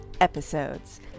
episodes